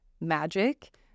magic